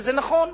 וזה נכון,